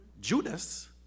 Judas